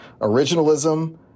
originalism